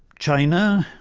china.